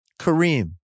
Kareem